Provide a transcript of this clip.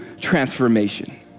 transformation